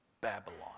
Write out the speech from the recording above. Babylon